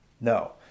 no